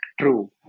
true